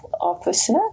officer